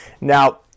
now